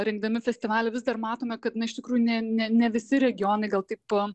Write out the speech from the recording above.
rengdami festivalį vis dar matome kad na iš tikrųjų ne ne ne visi regionai gal taip